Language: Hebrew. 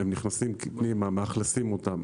הם מאכלסים אותן.